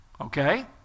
Okay